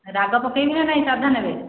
ରାଗ ପକେଇବି ନା ନାଇଁ ସାଦା ନେବେ